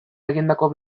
egindako